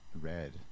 red